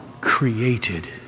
created